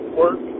work